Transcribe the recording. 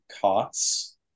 cots